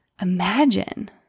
imagine